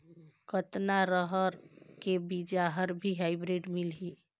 कतना रहर के बीजा हर भी हाईब्रिड मिलही?